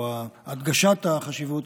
או הדגשת החשיבות,